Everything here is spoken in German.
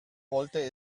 wollte